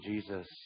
jesus